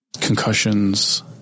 concussions